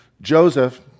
Joseph